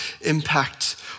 impact